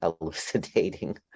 elucidating